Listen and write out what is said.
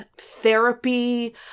therapy